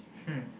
hmm